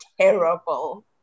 terrible